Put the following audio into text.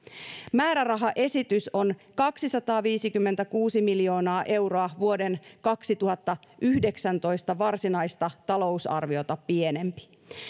määrärahaesitys on kaksisataaviisikymmentäkuusi miljoonaa euroa vuoden kaksituhattayhdeksäntoista varsinaista talousarviota pienempi